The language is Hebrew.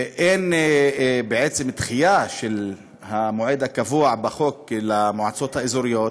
ואין בעצם דחייה של המועד הקבוע בחוק למועצות האזוריות,